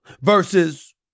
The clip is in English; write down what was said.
Versus